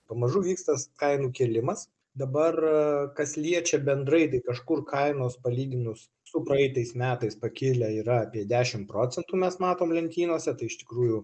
pamažu vyks tas kainų kėlimas dabar kas liečia bendrai tai kažkur kainos palyginus su praeitais metais pakilę yra apie dešim procentų mes matom lentynose tai iš tikrųjų